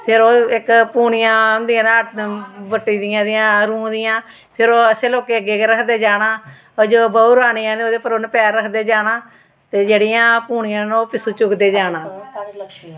फिर ओह् इक पूनियां होंदियां न बट्टियां दियां ओह्दियां रूंह् दियां फिर ओह् असें लोकें अग्गें अग्गें रक्खदे जाना जदूं बहू रानी आनी उ'नें ओह्दे पर उ'न्न पैर रक्खदे जाना ते जेह्ड़ियां पूनियां न ओह् पिच्छूं चुकदे जाना